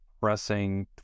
pressing